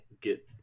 get